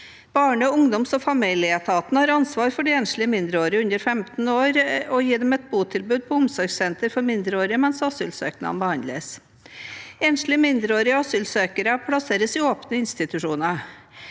ungdoms- og familieetaten har ansvar for å gi enslige mindreårige under 15 år et botilbud på omsorgssentre for mindreårige mens asylsøknaden behandles. Enslige mindreårige asylsøkere plasseres i åpne institusjoner.